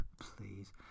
Please